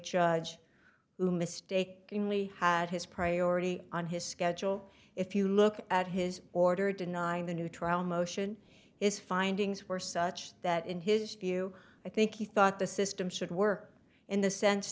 judge who mistakenly had his priority on his schedule if you look at his order denying the new trial motion is findings were such that in his view i think he thought the system should work in the sense